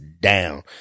down